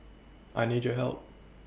I need your help